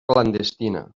clandestina